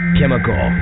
Chemical